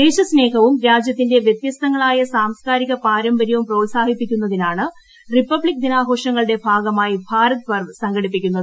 ദേശസ്നേഹവും രാജ്യത്തിന്റെ വ്യത്യസ്തങ്ങളായ സാംസ്കാരിക പാരമ്പര്യവും പ്രോത്സാഹിപ്പിക്കുന്നതിനാണ് റിപ്പബ്ലിക് ദിനാഘോഷങ്ങളുടെ ഭാഗമായി ഭാരത് പർവ് സംഘടിപ്പിക്കുന്നത്